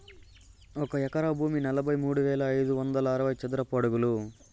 ఒక ఎకరా భూమి నలభై మూడు వేల ఐదు వందల అరవై చదరపు అడుగులు